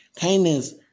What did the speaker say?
kindness